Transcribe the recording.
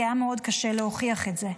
כי היה מאוד קשה להוכיח את זה.